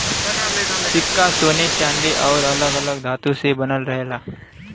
सिक्का सोने चांदी आउर अलग अलग धातु से बनल रहेला